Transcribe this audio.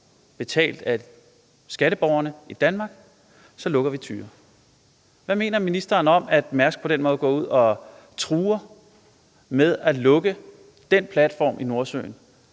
betalt af skatteborgerne i Danmark, lukker vi Tyra Feltet? Hvad mener ministeren om, at Mærsk på den måde går ud og truer med at lukke den platform i Nordsøen,